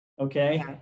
okay